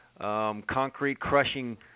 concrete-crushing